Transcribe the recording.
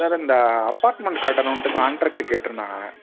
sir இந்த apartment கட்டணுன்ட்டு contract கேட்டிருந்தாங்கள்